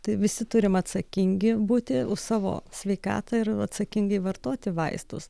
tai visi turim atsakingi būti už savo sveikatą ir atsakingai vartoti vaistus